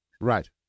right